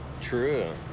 true